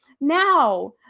Now